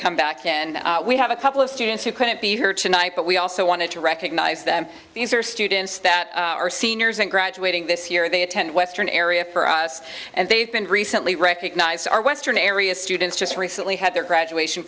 come back and we have a couple of students who couldn't be here tonight but we also wanted to recognize them these are students that are seniors and graduating this year they attend western area for us and they've been recently recognize our western area students just recently had their graduation